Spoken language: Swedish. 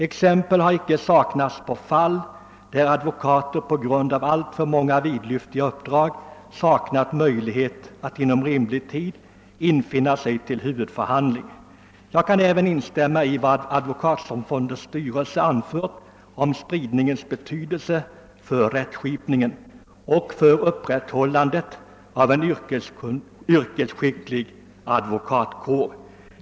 Exempel har icke saknats på fall, där advokater på grund av alltför många vidlyftiga uppdrag saknat möjlighet att inom rimlig tid infinna sig till huvudförhandling ———. Jag kan även instämma i vad Advokatsamfundets styrelse anfört om spridningens betydelse för rättsskipningen ——— och för upprätthållandet av en yrkesskicklig advokatkår.